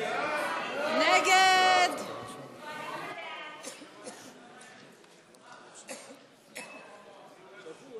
סעיף תקציבי 53, משפטים